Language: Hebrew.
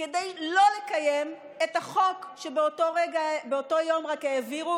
כדי לא לקיים את החוק שבאותו יום רק העבירו,